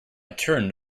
turned